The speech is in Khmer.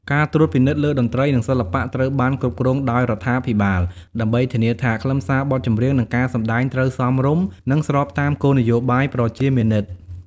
ការត្រួតពិនិត្យលើតន្ត្រី និងសិល្បៈ ត្រូវបានគ្រប់គ្រងដោយរដ្ឋាភិបាល ដើម្បីធានាថា ខ្លឹមសារបទចម្រៀង និងការសម្តែងត្រូវសមរម្យ និងស្របតាមគោលនយោបាយប្រជាមានិត។